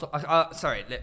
Sorry